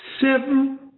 Seven